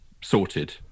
sorted